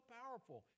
powerful